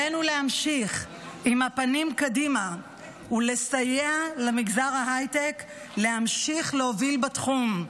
עלינו להמשיך עם הפנים קדימה ולסייע למגזר ההייטק להמשיך להוביל בתחום.